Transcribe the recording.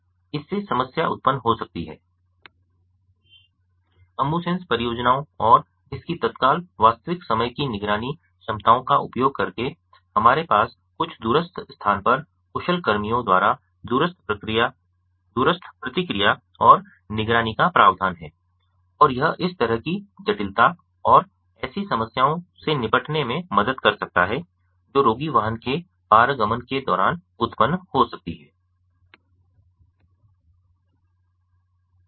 इससे समस्या उत्पन्न हो सकती हैं AmbuSens परियोजनाओं और इसकी तत्काल वास्तविक समय की निगरानी क्षमताओं का उपयोग करके हमारे पास कुछ दूरस्थ स्थान पर कुशल कर्मियों द्वारा दूरस्थ प्रतिक्रिया और निगरानी का प्रावधान है और यह इस तरह की जटिलता और ऐसी समस्याओं से निपटने में मदद कर सकता है जो रोगी वाहन के पारगमन के दौरान उत्पन्न हो सकती हैं